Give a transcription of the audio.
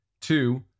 two